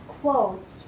quotes